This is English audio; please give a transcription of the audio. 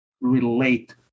relate